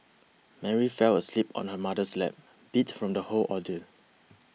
Mary fell asleep on her mother's lap beat from the whole ordeal